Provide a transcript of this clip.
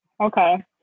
okay